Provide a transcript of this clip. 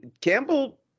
Campbell